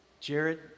Jared